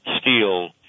steel